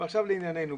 לענייננו.